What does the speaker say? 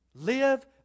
Live